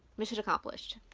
mission accomplished.